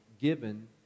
given